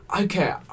Okay